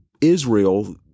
Israel